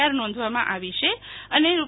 R નોંધવામાં આવી છે અને રૂ